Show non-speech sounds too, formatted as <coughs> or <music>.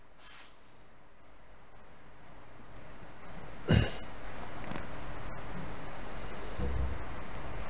<coughs>